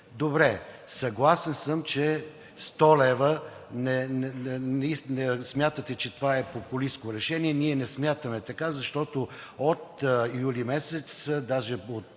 Добре, съгласен съм, че 100 лв. – смятате, че това е популистко решение, ние не смятаме така, защото от юли месец, даже от